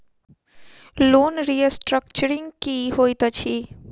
Loan restructuring की होइत अछि?